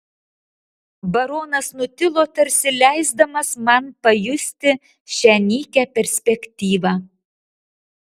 baronas nutilo tarsi leisdamas man pajusti šią nykią perspektyvą